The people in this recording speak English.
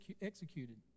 executed